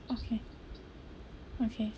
okay okay